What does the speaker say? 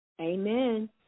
Amen